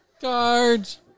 Cards